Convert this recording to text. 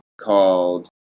called